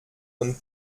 und